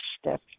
step